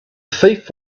thief